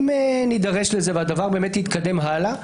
אם נידרש לזה, והדבר יתקדם הלאה,